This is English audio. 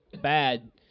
bad